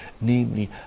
namely